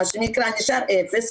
נשאר אפס,